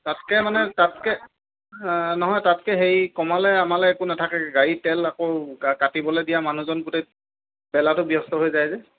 তাতকৈ মানে তাতকৈ নহয় তাতকৈ হেৰি কমালে আমালৈ একো নাথাকেগৈ গাড়ীৰ তেল আকৌ কাটিবলৈ দিয়া মানুহজন গোটেই বেলাটো ব্যস্ত হৈ যায় যে